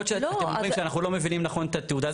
יכול להיות שאתם אומרים שאנחנו לא מבינים נכון את התעודה,